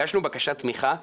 הגשנו בקשת תמיכה בינואר,